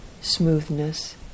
smoothness